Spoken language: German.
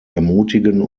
ermutigen